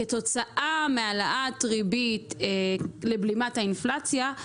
כתוצאה מהעלאת ריבית לבלימת האינפלציה,